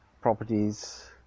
properties